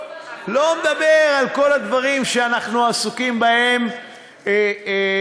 לא מדבר על כל הדברים שאנחנו עסוקים בהם מסביב.